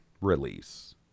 release